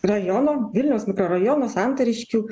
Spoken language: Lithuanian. rajono vilniaus mikrorajono santariškių